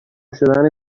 شدن